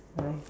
um